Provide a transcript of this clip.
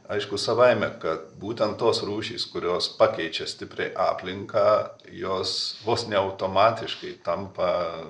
aišku savaime kad būtent tos rūšys kurios pakeičia stipriai aplinką jos vos ne automatiškai tampa